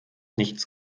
nichts